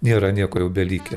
nėra nieko jau belikę